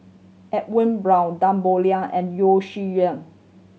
Edwin Brown Tan Boo Liat and Yeo Shih Yun